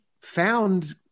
found